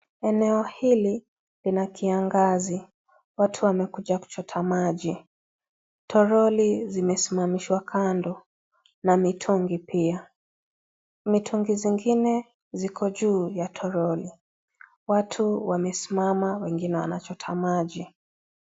Eneo hili lina kiangazi, watu wamekuja kuchota maji, toroli zimesimamishwa kando na mitungi pia, mitungi zingine ziko juu ya toroli, watu wamesimama wengine wanachota maji.